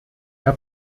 herr